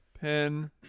Pen